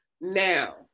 Now